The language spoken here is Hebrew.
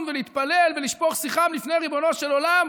ולהתפלל ולשפוך שיחם בפני ריבונו של עולם